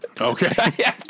Okay